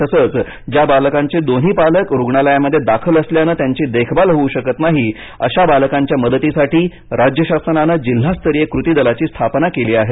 तसेच ज्या बालकांचे दोन्ही पालक रुग्णालयामध्ये दाखल असल्याने त्यांची देखभाल होऊ शकत नाही अशा बालकांच्या मदतीसाठी राज्य शासनानं जिल्हास्तरीय कृती दलाची स्थापना केलेली आहे